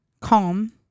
Calm